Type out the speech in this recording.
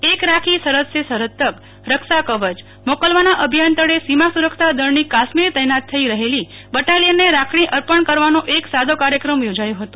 એક રાખી સરહદ સે સરહદ તક રક્ષાકવચ મોકલવાના અભિયાન તળે સીમા સુરક્ષા દળની કાશ્મીર તૈનાત થઇ રહેલી બટાલિયનને રાખડી અર્પણ કરવાનો એક સાદો કાર્યક્રમ યોજાયો હતો